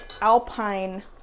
Alpine